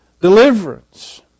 deliverance